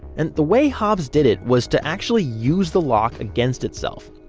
and the way hobbs did it was to actually use the lock against itself.